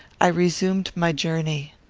i resumed my journey.